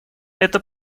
это